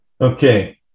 Okay